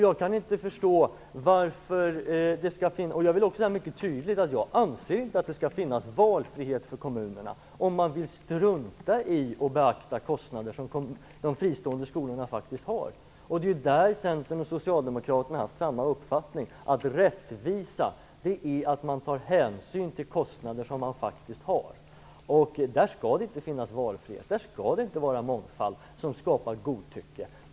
Jag vill säga mycket tydligt att jag inte anser att det skall finnas valfrihet för kommunerna att strunta i att beakta kostnader som de fristående skolorna faktiskt har. Det är på den punkten Centern och Socialdemokraterna har haft samma uppfattning, nämligen att rättvisa är att hänsyn tas till kostnader som man faktiskt har. Där skall det inte finnas valfrihet. Där skall det inte vara mångfald som skapar godtycke.